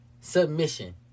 submission